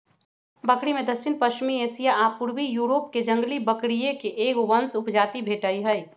बकरिमें दक्षिणपश्चिमी एशिया आ पूर्वी यूरोपके जंगली बकरिये के एगो वंश उपजाति भेटइ हइ